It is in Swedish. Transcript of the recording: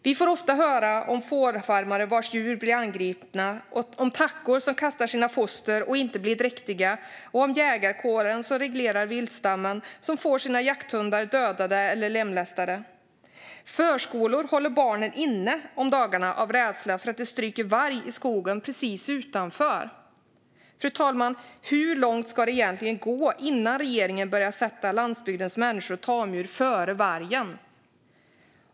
Vi får ofta höra om fårfarmare vars djur blir angripna, om tackor som kastar sina foster och inte blir dräktiga och om jägarkåren - som reglerar viltstammen - som får sina jakthundar dödade eller lemlästade. Förskolor håller barnen inne om dagarna av rädsla för att det stryker varg i skogen precis utanför. Fru talman! Hur långt ska det egentligen gå innan regeringen börjar sätta landsbygdens människor och tamdjur före vargen?